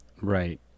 Right